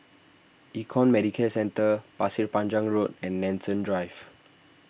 Econ Medicare Centre Pasir Panjang Road and Nanson Drive